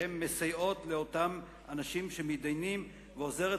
שהן מסייעות לאותם אנשים שמתדיינים ועוזרות